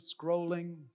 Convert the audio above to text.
scrolling